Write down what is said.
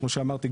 כמו שאמרתי,